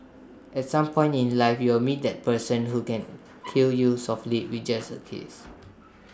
at some point in life you will meet that person who can kill you softly with just A kiss